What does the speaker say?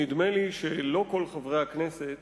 שנדמה לי שלא כל חברי הכנסת